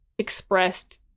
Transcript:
expressed